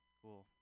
cool